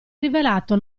rivelato